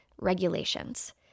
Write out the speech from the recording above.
regulations